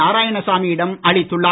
நாராயணசாமியிடம் அளித்துள்ளார்